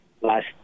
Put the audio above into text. last